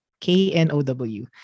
K-N-O-W